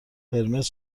قرمز